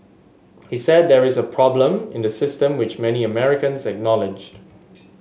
he said that there is a problem in the system which many Americans acknowledged